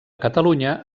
catalunya